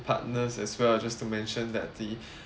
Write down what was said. partners as well just to mention that the